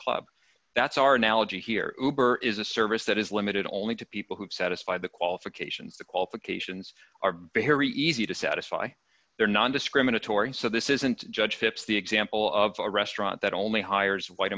club that's our analogy here is a service that is limited only to people who have satisfied the qualifications the qualifications are barry easy to satisfy their nondiscriminatory so this isn't judgeships the example of a restaurant that only hires white